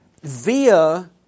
via